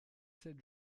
sept